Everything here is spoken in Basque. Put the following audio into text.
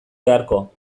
beharko